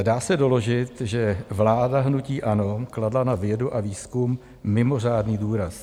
Dá se doložit, že vláda hnutí ANO kladla na vědu a výzkum mimořádný důraz.